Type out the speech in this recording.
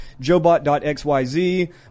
Jobot.xyz